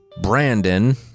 Brandon